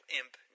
imp